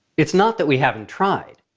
it's not that we haven't tried.